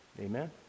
Amen